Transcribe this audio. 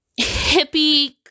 hippie